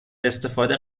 استفاده